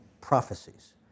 prophecies